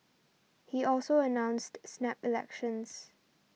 he also announced snap elections